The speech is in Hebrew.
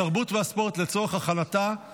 התרבות והספורט נתקבלה.